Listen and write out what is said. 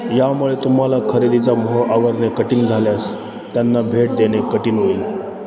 यामुळे तुम्हाला खरेदीचा मोह आवरणे कठीण झाल्यास त्यांना भेट देणे कठीण होईल